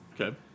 Okay